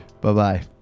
Bye-bye